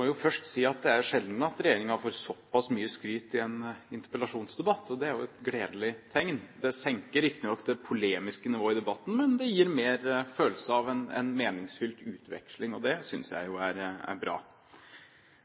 må først si at det er sjelden regjeringen får såpass mye skryt i en interpellasjonsdebatt. Det er jo et gledelig tegn. Det senker riktignok det polemiske nivået i debatten, men det gir mer følelse av en meningsfylt utveksling, og det synes jeg er bra.